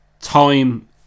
Time